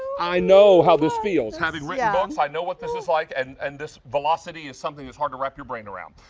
i know how this feels, having written books, i know what this is like and and this velocity is something that's hard to wrap your brain around.